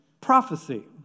prophecy